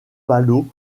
palau